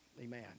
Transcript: Amen